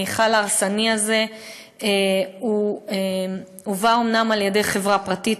המכל ההרסני הזה הובא אומנם על-ידי חברה פרטית,